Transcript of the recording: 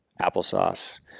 applesauce